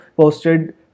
posted